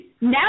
Now